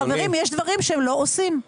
חברים, יש דברים שלא עושים.